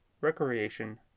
Recreation